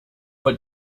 but